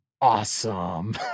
awesome